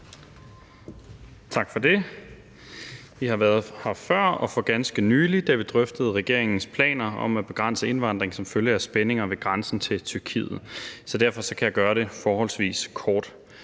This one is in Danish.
Tak for det. Vi har været her før og for ganske nylig, da vi drøftede regeringens planer om at begrænse indvandring som følge af spændinger ved grænsen til Tyrkiet, så derfor kan jeg gøre det forholdsvis kort.